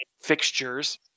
fixtures